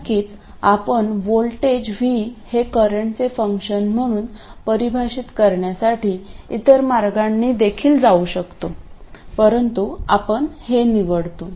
नक्कीच आपण voltage V हे करंटचे फंक्शन म्हणून परिभाषित करण्यासाठी इतर मार्गाने देखील करू शकतो परंतु आपण हे निवडतो